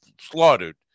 slaughtered